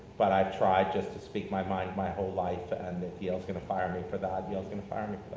but i've tried just to speak my mind my whole life, and if yale's gonna fire me for that, yale's gonna fire me